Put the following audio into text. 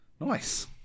Nice